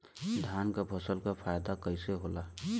धान क फसल क फायदा कईसे होला?